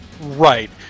Right